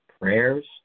prayers